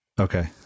Okay